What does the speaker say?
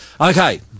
Okay